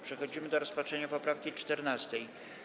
Przechodzimy do rozpatrzenia poprawki 14.